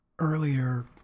Earlier